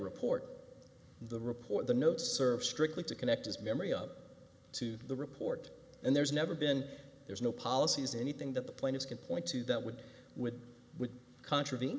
report the report the notes serve strictly to connect his memory up to the report and there's never been there's no policies anything that the plaintiffs can point to that would would would contravene